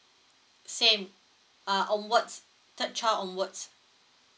same uh onwards third child onwards